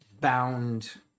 bound